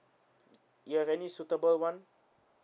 you have any suitable [one]